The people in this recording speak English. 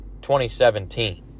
2017